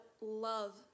love